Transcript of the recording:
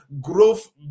Growth